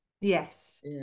yes